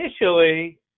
initially